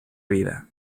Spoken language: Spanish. vida